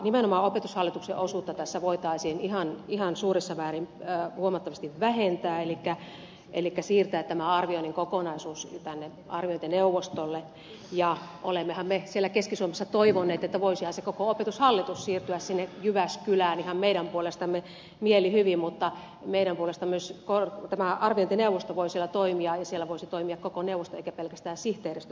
nimenomaan opetushallituksen osuutta tässä voitaisiin ihan suuressa määrin huomattavasti vähentää elikkä siirtää tämä arvioinnin kokonaisuus arviointineuvostolle ja olemmehan me siellä keski suomessa toivoneet että voisihan se koko opetushallitus siirtyä sinne jyväskylään ihan meidän puolestamme mielihyvin mutta meidän puolestamme myös tämä arviointineuvosto voi siellä toimia ja siellä voisi toimia koko neuvosto eikä pelkästään sihteeristö tästä eteenpäin